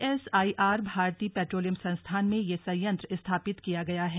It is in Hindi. सीएसआईआर भारतीय पेट्रोलियम संस्थान में ये संयंत्र स्थापित किया गया है